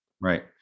Right